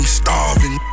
starving